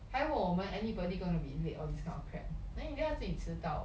还问我们 anybody going to be late all this kind of crap then in the end 他自己迟到